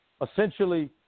Essentially